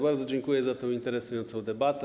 Bardzo dziękuję za tę interesującą debatę.